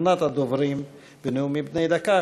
אחרונת הדוברים בנאומים בני דקה,